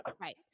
Right